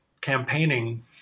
campaigning